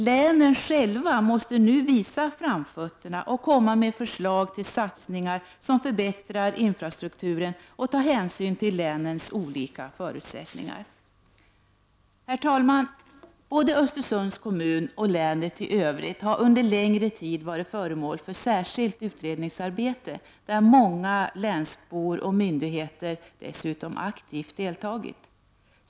Länen själva måste nu visa framfötterna och komma med förslag till satsningar som förbättrar infrastrukturen och som tar hänsyn till länens olika förutsättningar. Herr talman! Både Östersunds kommun och länet i övrigt har under längre tid varit föremål för särskilt utredningsarbete, i vilket många länsbor och myndigheter dessutom aktivt deltagit.